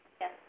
Yes